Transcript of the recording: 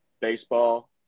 baseball